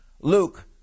Luke